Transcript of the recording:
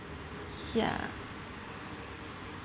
ya